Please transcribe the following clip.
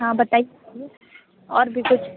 हाँ बताइए और भी कुछ